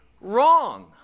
wrong